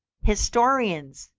historians,